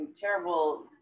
terrible